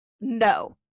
No